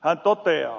hän toteaa